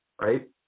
right